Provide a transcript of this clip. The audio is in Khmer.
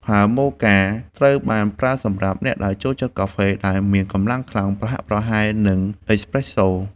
ផើងមូកា ត្រូវបានប្រើសម្រាប់អ្នកដែលចូលចិត្តកាហ្វេដែលមានកម្លាំងខ្លាំងប្រហាក់ប្រហែលនឹងអេសប្រេសសូ។